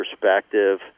perspective